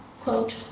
quote